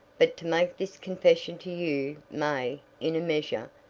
but to make this confession to you may, in a measure,